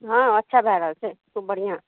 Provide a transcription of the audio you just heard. हँ अच्छा भए रहल छै खूब बढ़िऑं